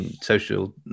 Social